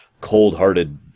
cold-hearted